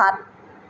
সাত